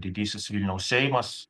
didysis vilniaus seimas